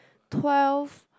twelve